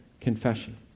confession